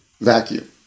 vacuum